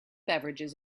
beverages